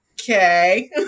okay